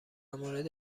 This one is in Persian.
مورد